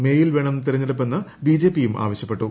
മേയിൽ വേണം തിരഞ്ഞെടുപ്പെന്ന് ബിജെപിയും ആവശ്യപ്പെട്ടു